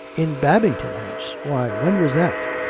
in babington house! why, when was that?